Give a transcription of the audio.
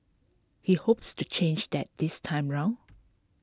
he hopes to change that this time round